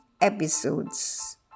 episodes